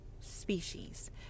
species